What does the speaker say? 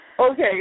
Okay